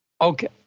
Okay